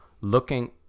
looking